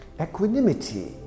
equanimity